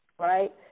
Right